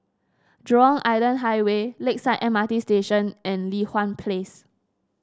Jurong Island Highway Lakeside M R T Station and Li Hwan Place